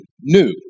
new